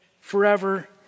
forever